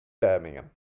Birmingham